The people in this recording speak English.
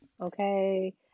okay